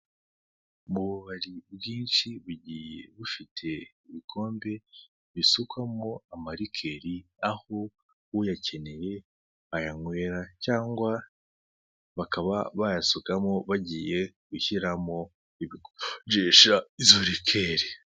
Mu ububari bwinshi bugiye bufite ibikombe bisukwamo amarikeri aho uyakeneye ayanywera cyangwa bakaba bayasukamo bagiye gushyiramo ibijisha izo rikeri.